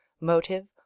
motive